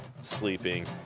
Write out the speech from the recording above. sleeping